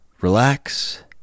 relax